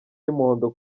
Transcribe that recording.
y’umuhondo